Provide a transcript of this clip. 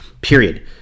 period